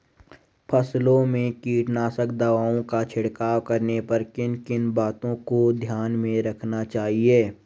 फसलों में कीटनाशक दवाओं का छिड़काव करने पर किन किन बातों को ध्यान में रखना चाहिए?